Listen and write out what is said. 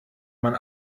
man